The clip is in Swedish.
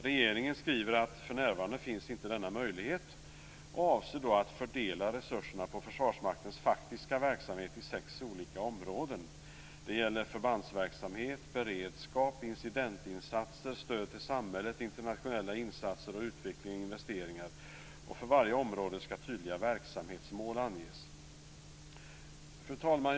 Regeringen skriver att för närvarande finns inte denna möjlighet och att man avser att fördela resurserna på Försvarsmaktens faktiska verksamhet i sex olika områden: Förbandsverksamhet, beredskap, incidentinsatser, stöd till samhället, internationella insatser och utveckling och investeringar. För varje område skall tydliga verksamhetsmål anges. Fru talman!